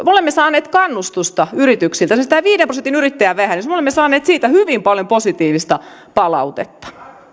me olemme saaneet kannustusta yrityksiltä siis tästä viiden prosentin yrittäjävähennyksestä me olemme saaneet hyvin paljon positiivista palautetta